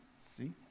see